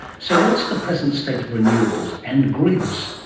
so what's the present state of renewables and grids?